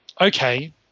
okay